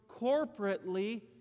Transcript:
corporately